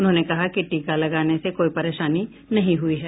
उन्होंने कहा कि टीका लगाने से कोई परेशानी नहीं हुई है